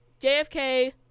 JFK